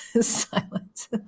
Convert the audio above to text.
Silence